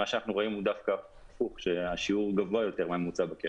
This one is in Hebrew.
מה שאנחנו רואים הוא דווקא שהשיעור גבוה יותר מהממוצע בקרן.